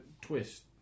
twist